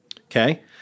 Okay